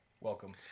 Welcome